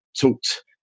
talked